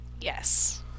yes